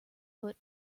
foot